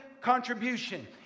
contribution